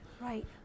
Right